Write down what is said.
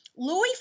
Louis